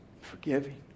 forgiving